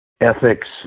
ethics